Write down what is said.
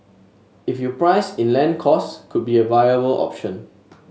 if you price in land costs could be a viable option